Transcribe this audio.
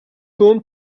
home